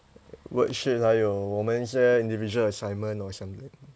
worksheet 还有我们写 individual assignment or something